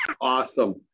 Awesome